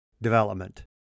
development